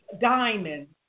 diamonds